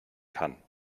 kann